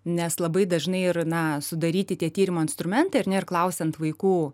nes labai dažnai ir na sudaryti tie tyrimo instrumentai ar ne ir klausiant vaikų